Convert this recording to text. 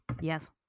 yes